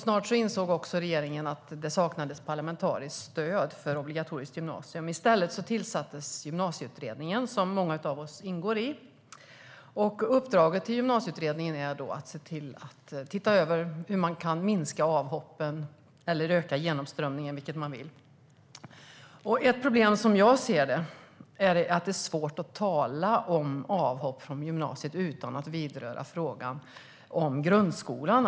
Snart insåg regeringen också att det saknades parlamentariskt stöd för obligatoriskt gymnasium. I stället tillsattes Gymnasieutredningen, som många av oss ingår i. Uppdraget till Gymnasieutredningen är att se över hur avhoppen kan minskas och genomströmningen ökas. Jag menar att det är svårt att tala om avhopp från gymnasiet utan att vidröra frågan om grundskolan.